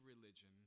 religion